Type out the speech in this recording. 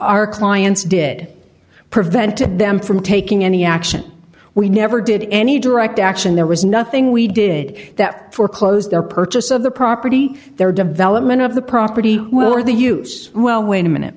our clients did prevented them from taking any action we never did any direct action there was nothing we did that foreclosed their purchase of the property their development of the property well or the use well wait a minute